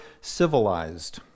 civilized